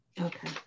Okay